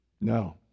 No